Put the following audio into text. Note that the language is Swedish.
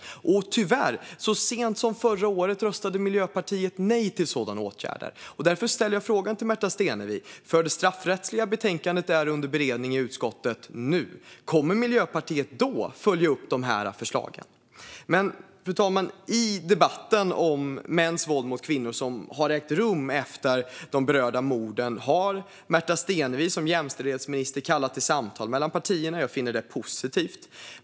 Och, tyvärr, så sent som förra året röstade Miljöpartiet nej till sådana åtgärder. Därför ställer jag frågan till Märta Stenevi, för det straffrättsliga betänkandet är under beredning i utskottet nu, om Miljöpartiet då kommer att följa upp de här förslagen. Fru talman! I debatten om mäns våld mot kvinnor, som har ägt rum efter de berörda morden, har Märta Stenevi som jämställdhetsminister kallat till samtal mellan partierna, och jag finner det positivt.